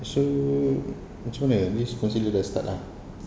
so macam mana this considered as the start ah